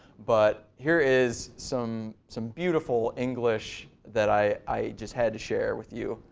but here is some some beautiful english that i i just had to shared with you.